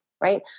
right